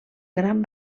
gran